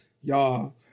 y'all